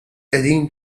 qegħdin